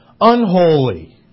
unholy